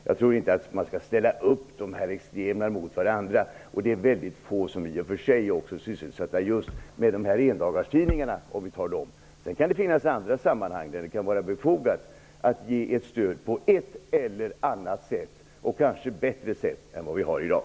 Jag tror inte att man skall ställa dessa två extremer mot varandra, och det är i och för sig också mycket få som är sysselsatta med just dessa endagarstidningar. Men det kan finnas andra sammanhang då det kan vara befogat att ge stöd på ett eller annat sätt -- kanske på ett bättre sätt än vi gör i dag.